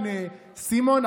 סימון?